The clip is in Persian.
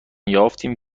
یافتیم